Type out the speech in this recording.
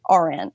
RN